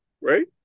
right